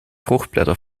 fruchtblätter